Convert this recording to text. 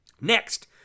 next